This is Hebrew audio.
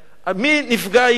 מי הנפגע העיקרי?